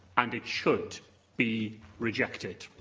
and it should be rejected.